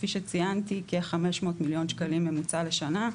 כפי שציינתי כ-500 מיליון שקלים ממוצע לשנה.